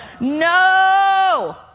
No